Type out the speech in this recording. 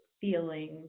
feelings